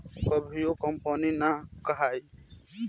कभियो उ कंपनी ना कहाई